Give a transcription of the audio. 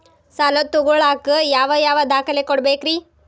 ಸಾಲ ತೊಗೋಳಾಕ್ ಯಾವ ಯಾವ ದಾಖಲೆ ಕೊಡಬೇಕ್ರಿ?